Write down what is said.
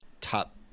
top